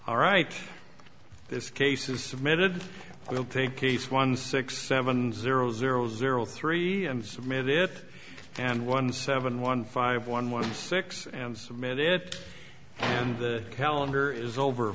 all right this case is submitted i will take case one six seven zero zero zero three submit it and one seven one five one one six and submit it and the calendar is over